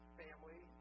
family